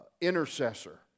intercessor